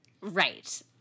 Right